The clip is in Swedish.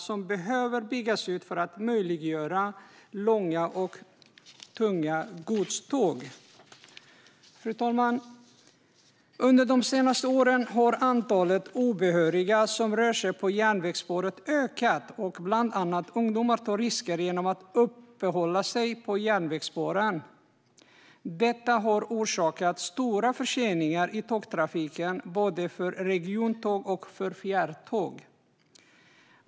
Detta behöver byggas ut för att möjliggöra långa och tunga godståg. Fru talman! Under de senaste åren har antalet obehöriga som rör sig på järnvägsspåren ökat. Bland annat ungdomar tar risker genom att uppehålla sig på järnvägsspåren. Detta har orsakat stora förseningar i tågtrafiken för både regiontåg och fjärrtåg.